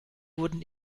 wurden